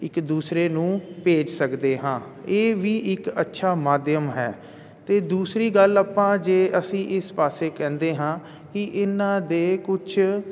ਇੱਕ ਦੂਸਰੇ ਨੂੰ ਭੇਜ ਸਕਦੇ ਹਾਂ ਇਹ ਵੀ ਇੱਕ ਅੱਛਾ ਮਾਧਿਅਮ ਹੈ ਅਤੇ ਦੂਸਰੀ ਗੱਲ ਆਪਾਂ ਜੇ ਅਸੀਂ ਇਸ ਪਾਸੇ ਕਹਿੰਦੇ ਹਾਂ ਕਿ ਇਹਨਾਂ ਦੇ ਕੁਛ